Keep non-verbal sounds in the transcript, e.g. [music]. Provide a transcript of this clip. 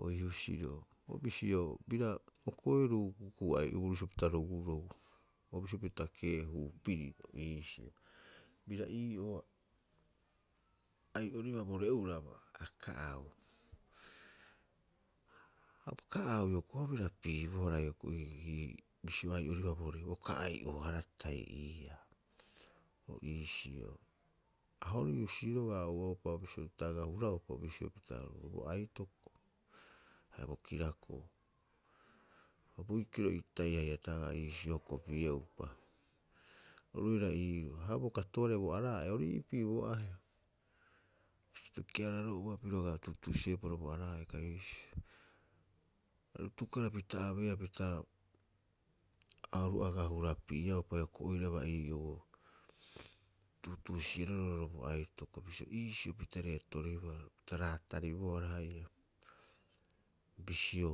O ii husuroo, o bisio biraa o koeruu akuku ai'obuu bisio pita rogurou, o bisio pita keehuu piriro iisio. Biraa ii'oo, ai'oribaa bo re'uraba ha kaau, ha kaau hioko'i o bira piibohara hioko'i [hesitation] bisio ai'oribaa bo re'u. Uka ai'ohara tahi ii'aa o iisio. Ha hori husi roga'a a ouaupa o bisio ta aga huraupa, bisio pita bo aitoko haia bo kirako'o. Ha boikiro itai haia ta aga iisio hokopi'eupa, oru roiraa iiroo. Ha bo kato'ooarei bo araa'e ori iipii bo ahe'a, keararo'oa piro aga tuuruusi'eupa oirau bo araa'e. [unintelligible] Aru atukarapita abeea pita a oru agaa hurapi'eaupa hioko'i oiraba ii'oo bo tuutuusi'e'oro roo'ore bo aitoko bisio iisio pita reetorebaa, pita raataribohara haia, bisio.